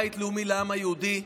בית לאומי לעם היהודי,